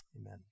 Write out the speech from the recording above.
Amen